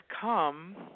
come